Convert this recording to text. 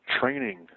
training